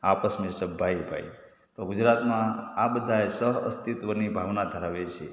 આપસ મેેં સબ ભાઈ ભાઈ તો ગુજરાતમાં આ બધાય સહ અસ્તિત્ત્વની ભાવના ધરાવે છે